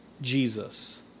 Jesus